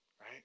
right